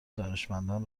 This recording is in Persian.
دانشمندان